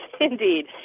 indeed